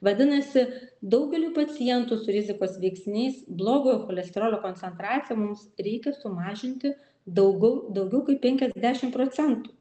vadinasi daugeliui pacientų su rizikos veiksniais blogojo cholesterolio koncentraciją mums reikia sumažinti daugau daugiau kaip penkiasdešimt procentų